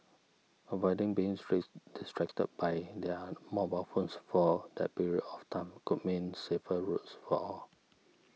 avoiding being distracted by their mobile phones for that period of time could mean safer roads for all